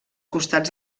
costats